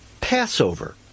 Passover